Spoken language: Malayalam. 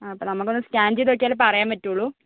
ആ അപ്പോൾ നമുക്ക് ഒന്ന് സ്കാൻ ചെയ്ത് നോക്കിയാലേ പറയാൻ പറ്റുകയുള്ളൂ